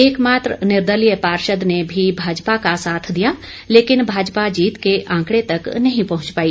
एक मात्र निर्दलीय पार्षद ने भी भाजपा का साथ दिया लेकिन भाजपा जीत के आंकड़े तक नही पहुंच पाई